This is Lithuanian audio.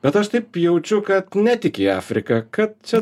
bet aš taip jaučiu kad ne tik į afriką kad čia